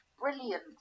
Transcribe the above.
Brilliant